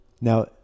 now